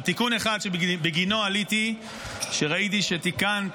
אבל תיקון אחד שבגינו עליתי וראיתי שתיקנת,